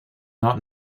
not